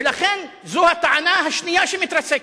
ולכן, זו הטענה השנייה שמתרסקת.